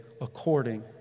according